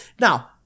Now